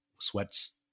sweats